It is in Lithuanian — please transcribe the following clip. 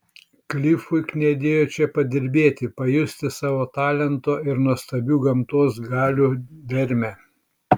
klifui knietėjo čia padirbėti pajusti savo talento ir nuostabių gamtos galių dermę